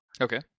okay